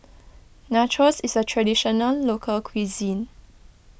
Nachos is a Traditional Local Cuisine